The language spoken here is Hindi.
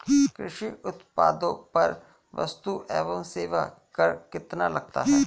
कृषि उत्पादों पर वस्तु एवं सेवा कर कितना लगता है?